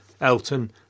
Elton